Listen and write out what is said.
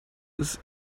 ist